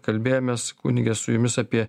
kalbėjomės kunige su jumis apie